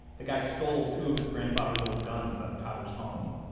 the guy stole two of his grandfather's old guns out of tyler's home.